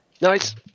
nice